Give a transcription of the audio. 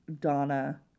Donna